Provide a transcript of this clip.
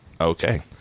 Okay